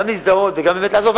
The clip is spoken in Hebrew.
גם להזדהות וגם באמת לעזור,